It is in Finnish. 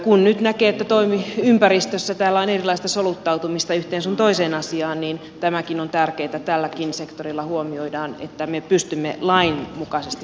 kun nyt näkee että tässä ympäristössä on erilaista soluttautumista yhteen sun toiseen asiaan niin tämäkin on tärkeätä että tälläkin sektorilla huomioidaan että me pystymme tätä lainmukaisesti seuraamaan